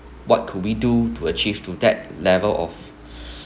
what could we do to achieve to that level of